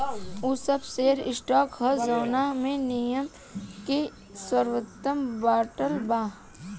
उ सब share stock ह जवना में निगम के स्वामित्व बाटल बा